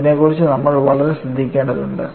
അതിനെക്കുറിച്ച് നമ്മൾ വളരെ ശ്രദ്ധിക്കേണ്ടതുണ്ട്